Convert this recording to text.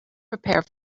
prepare